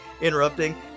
interrupting